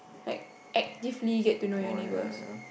like actively get to know your neighbours